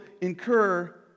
incur